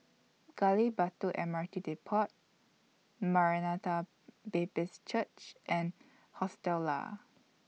Gali Batu M R T Depot Maranatha Baptist Church and Hostel Lah